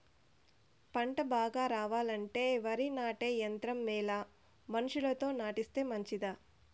పంట బాగా రావాలంటే వరి నాటే యంత్రం మేలా మనుషులతో నాటిస్తే మంచిదా?